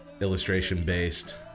illustration-based